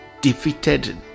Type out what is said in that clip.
defeated